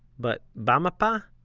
but ba'mapa,